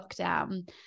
lockdown